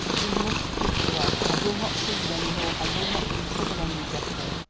you must keep away. i will not see you any more. i will not bring trouble on you, geoffrey.